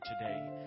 today